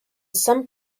some